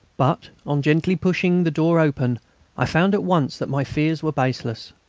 but on gently pushing the door open i found at once that my fears were baseless.